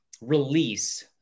release